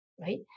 right